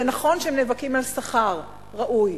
זה נכון שהם נאבקים על שכר ראוי,